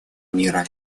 мира